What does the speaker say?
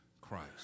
Christ